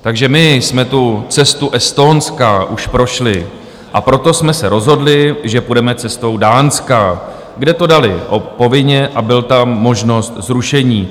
Takže my jsme tu cestu Estonska už prošli, a proto jsme se rozhodli, že půjdeme cestou Dánska, kde to dali povinně a byla tam ta možnost zrušení.